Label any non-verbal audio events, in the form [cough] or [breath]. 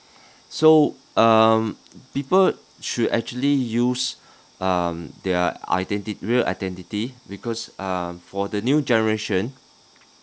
[breath] so um people should actually use [breath] um their identi~ real identity because um for the new generation